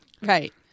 Right